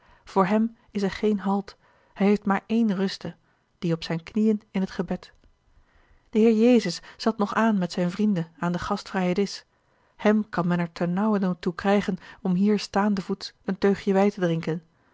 voor hem is er geen halt hij heeft maar ééne ruste die op zijne knieën in t gebed de heer jezus zat nog aan met zijne vrienden aan den gastvrijen disch hem kan men er ternauwernood toe krijgen om hier staandevoets een teugje wei te drinken